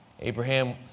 Abraham